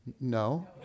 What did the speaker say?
no